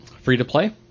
Free-to-play